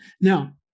Now